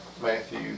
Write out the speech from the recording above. Matthew